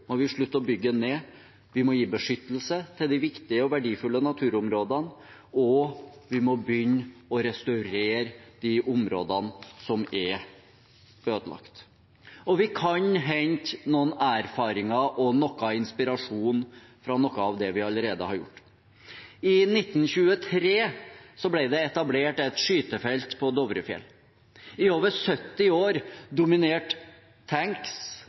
må vi slutte å bygge den ned, vi må gi beskyttelse til de viktige og verdifulle naturområdene, og vi må begynne å restaurere de områdene som er ødelagt. Vi kan hente noen erfaringer og noe inspirasjon fra noe av det vi allerede har gjort. I 1923 ble det etablert et skytefelt på Dovrefjell. I over 70 år dominerte tanks,